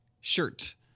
shirt